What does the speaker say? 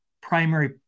primary